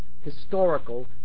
historical